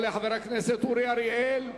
יעלה חבר הכנסת אורי אריאל,